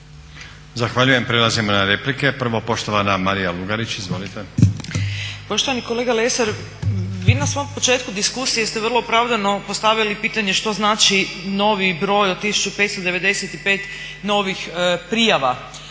Zahvaljujem. Prelazimo na replike. Prvo poštovana Marija Lugarić. Izvolite. **Lugarić, Marija (SDP)** Poštovani kolega Lesar, vi na svom početku diskusije ste vrlo opravdano postavili pitanje što znači novi broj od 1 595 novih prijava